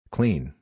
Clean